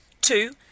Two